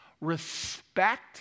respect